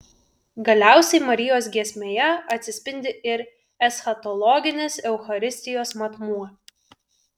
galiausiai marijos giesmėje atsispindi ir eschatologinis eucharistijos matmuo